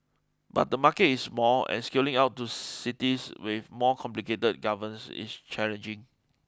but the market is small and scaling out to cities with more complicated governance is challenging